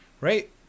Right